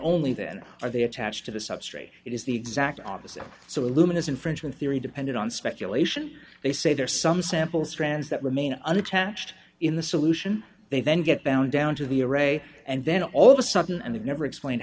only then are they attached to the substrate it is the exact opposite so luminous infringement theory depended on speculation they say there are some samples strands that remain unattached in the solution they then get down down to the array and then all of a sudden and they've never explain